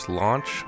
launch